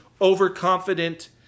overconfident